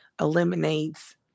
eliminates